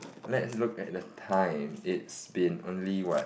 let's look at the time it's been only what